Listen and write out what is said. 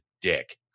dick